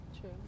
true